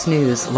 News